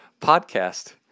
podcast